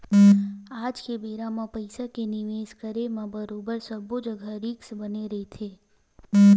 आज के बेरा म पइसा के निवेस करे म बरोबर सब्बो जघा रिस्क बने रहिथे